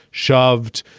shoved.